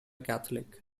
catholic